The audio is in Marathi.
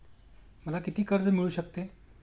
मला किती कर्ज मिळू शकते?